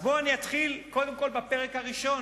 אני אתחיל קודם כול בפרק הראשון.